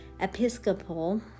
Episcopal